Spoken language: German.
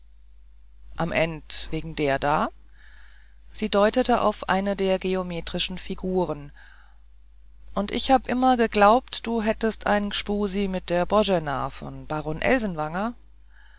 am end wegen der da sie deutete auf eine der geometrischen figuren und ich hab immer geglaubt du hättst ein gspusi mit der boena vom